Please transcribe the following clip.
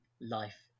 life